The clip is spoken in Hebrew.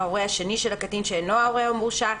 ההורה השני של הקטין שאינו ההורה המורשע,